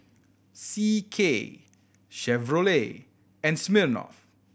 C K Chevrolet and Smirnoff